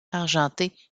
argenté